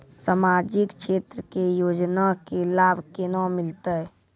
समाजिक क्षेत्र के योजना के लाभ केना मिलतै?